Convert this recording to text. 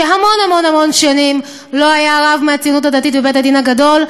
והמון המון המון שנים לא היה רב מהציונות הדתית בבית-הדין הגדול.